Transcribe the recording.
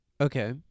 Okay